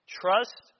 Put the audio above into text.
Trust